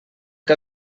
que